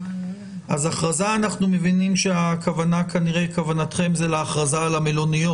אז הכרזה אנחנו מבינים שכוונתכם היא להכרזה על המלוניות.